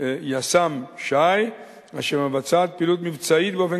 יס"מ ש"י אשר מבצע פעילות מבצעית באופן